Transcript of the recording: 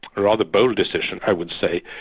rather bold decision, i would say,